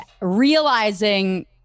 realizing